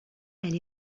elle